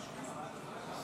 כדי לקבוע לאיזו תבוא הצעת